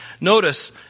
notice